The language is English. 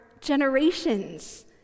generations